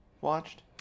watched